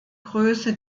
größe